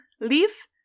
leaf